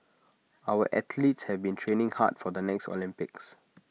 our athletes have been training hard for the next Olympics